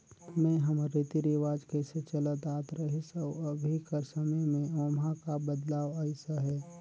में हमर रीति रिवाज कइसे चलत आत रहिस अउ अभीं कर समे में ओम्हां का बदलाव अइस अहे